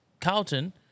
Carlton